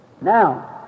Now